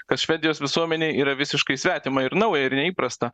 kas švedijos visuomenei yra visiškai svetima ir nauja ir neįprasta